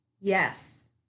Yes